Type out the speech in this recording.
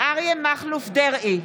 אריה מכלוף דרעי,